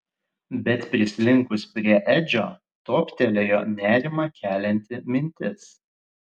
bet prislinkus prie edžio toptelėjo nerimą kelianti mintis